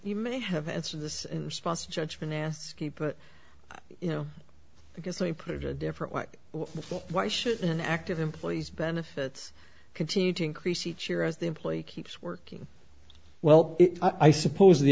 you may have answered this in response judge been asking but you know because we proved a different what why should an active employee's benefits continue to increase each year as the employee keeps working well i suppose the